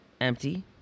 empty